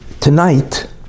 Tonight